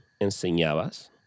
enseñabas